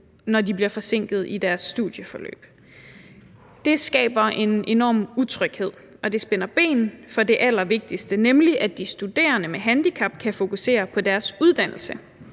når de bliver forsinket i deres studieforløb. Det skaber en enorm utryghed, og det spænder ben for det allervigtigste, nemlig at de studerende med handicap kan fokusere på deres uddannelse.